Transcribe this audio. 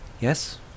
Yes